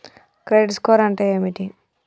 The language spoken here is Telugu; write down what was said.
క్రెడిట్ స్కోర్ అంటే ఏమిటి?